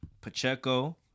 Pacheco